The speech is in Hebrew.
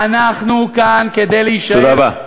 אנחנו כאן כדי להישאר, תודה רבה.